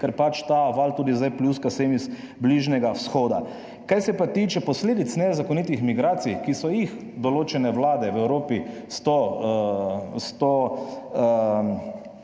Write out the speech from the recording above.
ker pač ta val tudi zdaj pljuska sem iz Bližnjega vzhoda. Kar se pa tiče posledic nezakonitih migracij, ki so jih določene vlade v Evropi s to,